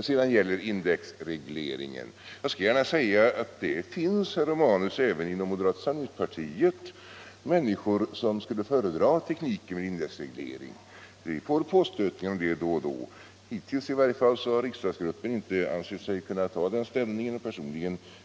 Vad sedan gäller frågan om indexregleringen vill jag gärna säga till herr Romanus att det även inom moderata samlingspartiet finns människor som skulle föredra en sådan. Vi får då och då påstötningar om detta, men riksdagsgruppen har hittills inte ansett sig kunna ta ställning för en sådan